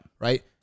right